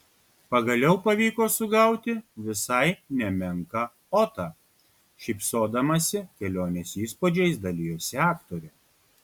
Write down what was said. pagaliau pavyko sugauti visai nemenką otą šypsodamasi kelionės įspūdžiais dalijosi aktorė